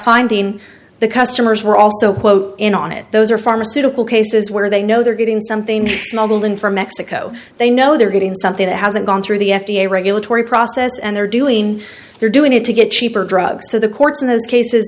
finding the customers were also quote in on it those are pharmaceutical cases where they know they're getting something in from mexico they know they're getting something that hasn't gone through the f d a regulatory process and they're doing they're doing it to get cheaper drugs so the courts in those cases